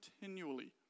continually